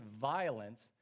violence